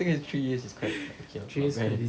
thing is three years is quite okay lah kan